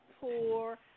poor